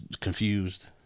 Confused